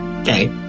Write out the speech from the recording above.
Okay